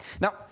Now